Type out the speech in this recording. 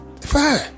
fine